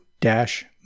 dash